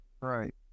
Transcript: Right